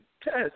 test